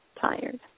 tired